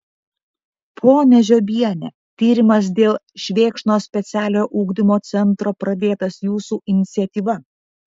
ponia žiobiene tyrimas dėl švėkšnos specialiojo ugdymo centro pradėtas jūsų iniciatyva